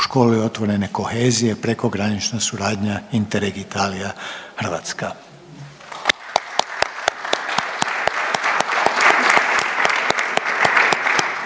Školi otvorene kohezije, Prekogranična suradnja Interreg Italija – Hrvatska.